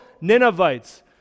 Ninevites